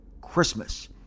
Christmas